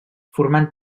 formant